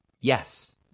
Yes